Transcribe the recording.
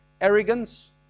arrogance